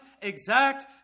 exact